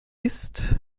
isst